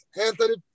Anthony